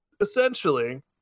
essentially